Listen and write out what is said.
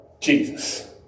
Jesus